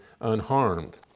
unharmed